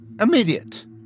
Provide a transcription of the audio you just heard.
Immediate